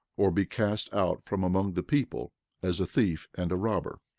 or be cast out from among the people as a thief and a robber.